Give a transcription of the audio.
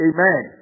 Amen